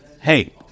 Hey